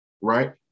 Right